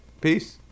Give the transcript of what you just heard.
Peace